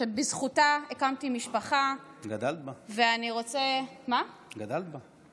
שבזכותה הקמתי משפחה, ואני רוצה, גדלת בה.